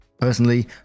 Personally